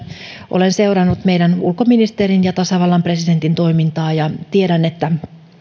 olen seurannut meidän ulkoministerimme ja tasavallan presidenttimme toimintaa ja tiedän että